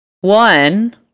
one